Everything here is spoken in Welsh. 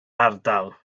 ardal